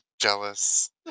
jealous